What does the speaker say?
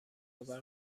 آور